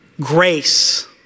Grace